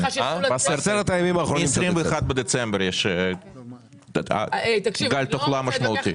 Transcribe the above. מ-21 בדצמבר היה גל תחלואה משמעותי.